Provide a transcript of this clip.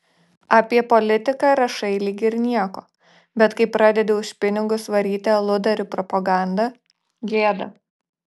apie politiką rašai lyg ir nieko bet kai pradedi už pinigus varyti aludarių propagandą gėda